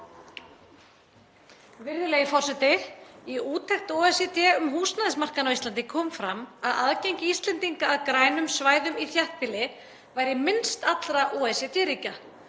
Virðulegi forseti. Í úttekt OECD um húsnæðismarkaðinn á Íslandi kom fram að aðgengi Íslendinga að grænum svæðum í þéttbýli væri minnst allra OECD-ríkja.